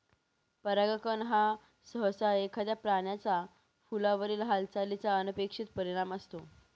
परागकण हा सहसा एखाद्या प्राण्याचा फुलावरील हालचालीचा अनपेक्षित परिणाम असतो